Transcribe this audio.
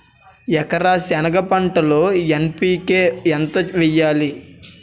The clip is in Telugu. ఎకర సెనగ పంటలో ఎన్.పి.కె ఎంత వేయాలి?